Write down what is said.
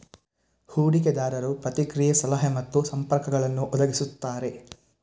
ಹೂಡಿಕೆದಾರರು ಪ್ರತಿಕ್ರಿಯೆ, ಸಲಹೆ ಮತ್ತು ಸಂಪರ್ಕಗಳನ್ನು ಒದಗಿಸುತ್ತಾರೆ